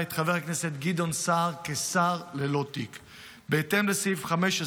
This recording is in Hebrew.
גדעון סער מתהפך כמו חביתה.